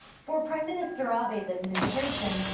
for prime minister abe's administration,